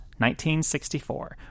1964